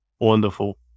Wonderful